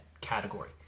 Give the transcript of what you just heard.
category